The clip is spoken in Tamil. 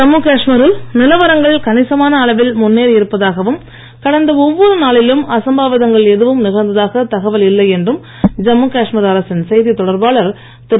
ஜம்மு காஷ்மீரில் நிலவரங்கள் கணிசமான அளவில் முன்னேறி இருப்பதாகவும் கடந்த ஒவ்வொரு நாளிலும் அசம்பாவிதங்கள் எதுவும் நிகழ்ந்ததாக தகவல் இல்லை என்றும் ஜம்மு காஷ்மீர் அரசின் செய்தித் தொடர்பாளர் திரு